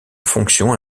fonction